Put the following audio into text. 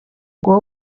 guha